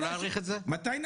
לא להאריך את זה?